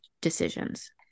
decisions